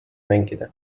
mängida